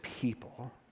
people